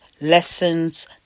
lessons